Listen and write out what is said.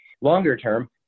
Longer-term